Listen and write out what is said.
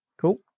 Cool